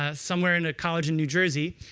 ah somewhere in a college in new jersey.